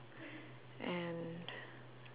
and